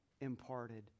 imparted